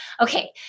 Okay